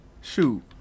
Shoot